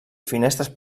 finestres